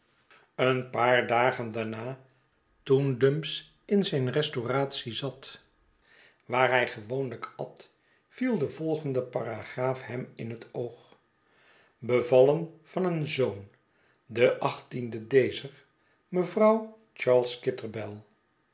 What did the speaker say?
een paar dagen daarna toen dumps in zijn restauratie zat waar hij gewoonlijk at viel de volgende paragraaf hem in het oog bevallen van een zoon denlsden dezer mevrouw charles kitterbell